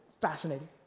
fascinating